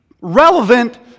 relevant